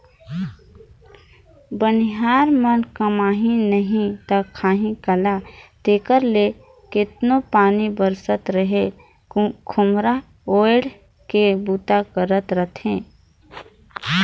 बनिहार मन कमाही नही ता खाही काला तेकर ले केतनो पानी बरसत रहें खोम्हरा ओएढ़ के बूता करत रहथे